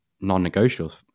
non-negotiables